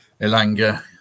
Elanga